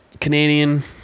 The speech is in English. Canadian